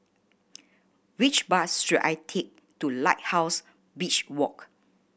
which bus should I take to Lighthouse Beach Walk